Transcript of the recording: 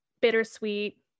bittersweet